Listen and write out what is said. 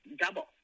double